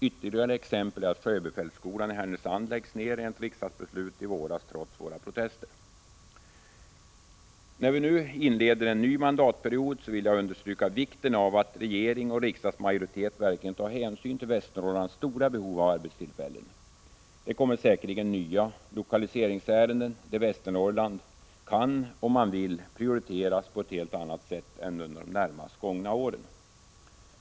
Ytterligare ett exempel är att Sjöbefälsskolan i Härnösand enligt riksdagsbeslut i våras läggs ned, trots våra protester. När vi nu inleder en ny mandatperiod vill jag understryka vikten av att regering och riksdagsmajoritet verkligen tar hänsyn till Västernorrlands stora behov av arbetstillfällen. Det kommer säkerligen nya lokaliseringsärenden där Västernorrland — om man vill — kan prioriteras på ett helt annat sätt än under de närmast gångna åren.